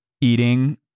eating